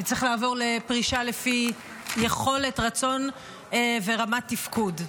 צריך לעבור לפרישה לפי יכולת, רצון ורמת תפקוד.